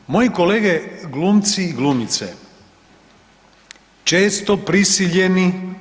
Ovaj moji kolege glumci i glumice često prisiljeni,